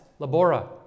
labora